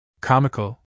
Comical